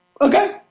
Okay